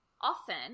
often